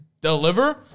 deliver